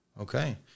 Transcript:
Okay